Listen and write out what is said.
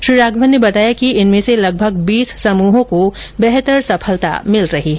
श्री राघवन ने बताया कि इनमें से लगभग बीस समूहों को बेहतर सफलता मिल रही है